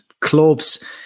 clubs